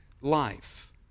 life